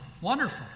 wonderful